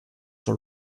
were